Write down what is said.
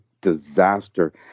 disaster